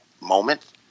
moment